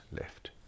left